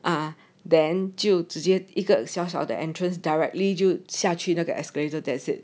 啊 then 就直接一个小小的 entrance directly 就下去了那个 escalator that's it